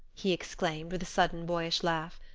he exclaimed, with a sudden, boyish laugh.